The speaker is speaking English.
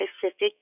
Pacific